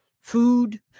food